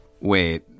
Wait